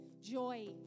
joy